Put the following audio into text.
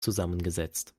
zusammengesetzt